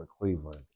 Cleveland